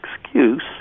excuse